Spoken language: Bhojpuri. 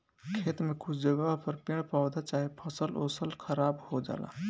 खेत में कुछ जगह पर पेड़ पौधा चाहे फसल ओसल खराब हो जाला